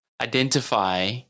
identify